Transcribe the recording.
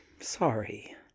Sorry